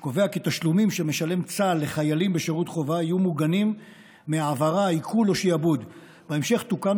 אני קובע שהצעת החוק עוברת בקריאה ראשונה ועוברת להמשך דיון